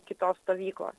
kitos stovyklos